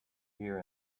hear